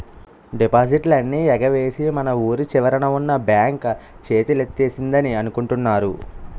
డిపాజిట్లన్నీ ఎగవేసి మన వూరి చివరన ఉన్న బాంక్ చేతులెత్తేసిందని అనుకుంటున్నారు